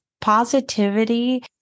positivity